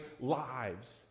lives